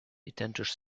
identisch